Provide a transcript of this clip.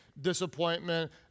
disappointment